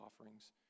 offerings